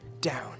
down